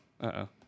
Uh-oh